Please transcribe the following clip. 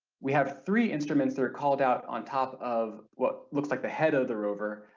we have three instruments that are called out on top of what looks like the head of the rover,